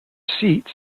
seats